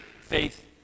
faith